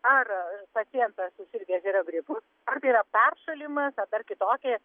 ar pacientas susirgęs yra gripu ar tai yra peršalimas ar dar kitokia